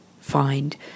find